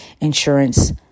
insurance